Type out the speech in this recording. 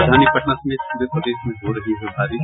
राजधानी पटना समेत पूरे प्रदेश में हो रही है बारिश